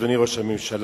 אדוני ראש הממשלה.